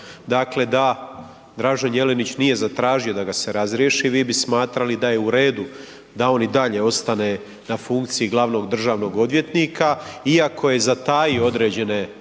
dakle da Dražen Jelenić nije zatražio da ga se razriješi, vi bi smatrali da je u redu da on i dalje ostane na funkciji glavnog državnog odvjetnika iako je zatajio određene